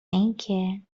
اینکه